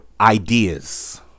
ideas